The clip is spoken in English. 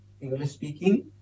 English-speaking